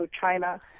China